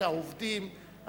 העובדים,